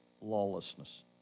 lawlessness